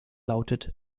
lautet